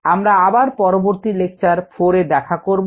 আমরা আবার পরবর্তী লেকচার 4 এ দেখা করবো